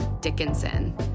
Dickinson